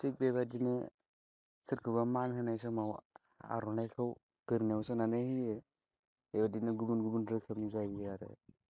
थिग बेबायदिनो सोरखौबा मान होनाय समाव आर'नाइखौ गोदोनायाव सोनानै होयो बेबायदिनो गुबुन गुबुन रोखोमनि जायो आरो